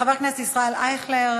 חבר הכנסת ישראל אייכלר,